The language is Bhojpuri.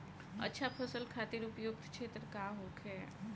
अच्छा फसल खातिर उपयुक्त क्षेत्र का होखे?